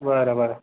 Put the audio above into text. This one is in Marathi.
बरं बरं